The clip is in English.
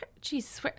Jesus